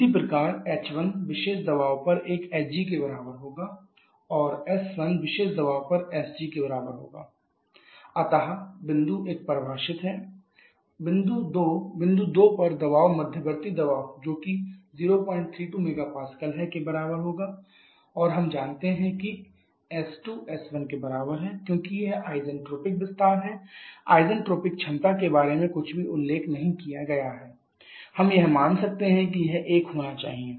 P1 014 MPa x1 1 इसी प्रकार h1 विशेष दबाव पर एक hg के बराबर होगा h1hgP1 और s1 विशेष दबाव पर sg के बराबर होगा s1sgP1 अतः बिंदु 1 परिभाषित है बिंदु 2 बिंदु दो पर दबाव मध्यवर्ती दबाव जो कि 032 MPa है के बराबर होगा P2 032 MPa और हम जानते हैं कि s2s1 क्योंकि यह isentropic विस्तार है isentropic क्षमता के बारे में कुछ भी उल्लेख नहीं किया गया है हम यह मान सकते हैं कि यह 1 होना चाहिए